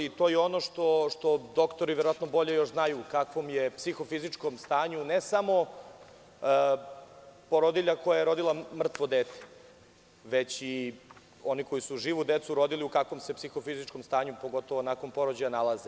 To je ono što doktori verovatno bolje znaju u kakvom je psihofizičkom stanju ne samo porodilja koja je rodila mrtvo dete već i oni koji su živu decu rodili, u kakvom se psihofizičkom stanju, pogotovo, nakon porođaja nalaze.